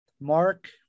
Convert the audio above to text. Mark